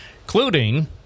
including